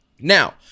Now